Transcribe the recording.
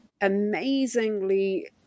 amazingly